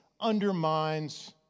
undermines